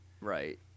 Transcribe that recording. right